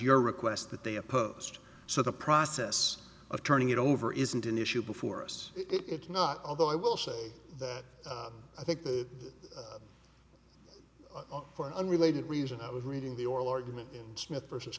your request that they opposed so the process of turning it over isn't an issue before us it is not although i will say that i think that for unrelated reason i was reading the oral argument smith versus